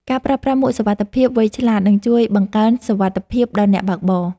ការប្រើប្រាស់មួកសុវត្ថិភាពវៃឆ្លាត នឹងជួយបង្កើនសុវត្ថិភាពដល់អ្នកបើកបរ។